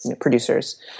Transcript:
producers